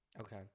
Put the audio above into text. okay